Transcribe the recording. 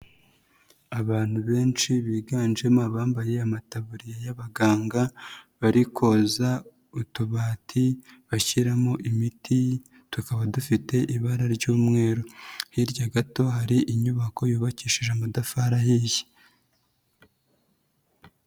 Abantu benshi biganjemo abambaye amataburiya y'abaganga bari koza utubati bashyiramo imiti, tukaba dufite ibara ry'umweru, hirya gato hari inyubako yubakishije amatafari ahiye.